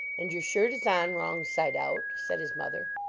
and your shirt is on wrong side out, said his mother.